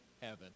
heaven